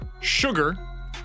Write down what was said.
sugar